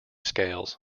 scales